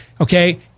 Okay